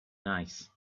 nice